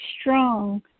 strong